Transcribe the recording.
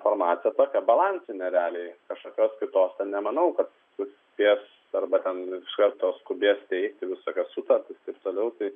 informacija tokia balansinė realiai kažkokios kitos ten nemanau kad suspės arba ten iš karto skubės teikti visokias sukaktis ir toliau tai